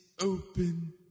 open